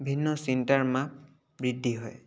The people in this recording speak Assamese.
ভিন্ন চিন্তাৰ মাপ বৃদ্ধি হয়